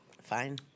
Fine